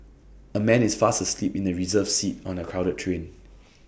A man is fast asleep in A reserved seat on A crowded train